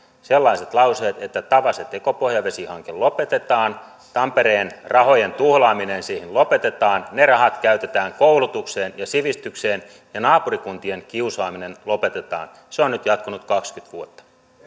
sellaiset lauseet että tavase tekopohjavesihanke lopetetaan tampereen rahojen tuhlaaminen siihen lopetetaan ne rahat käytetään koulutukseen ja sivistykseen ja naapurikuntien kiusaaminen lopetetaan se on nyt jatkunut kaksikymmentä vuotta